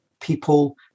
people